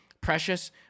Precious